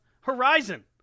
horizon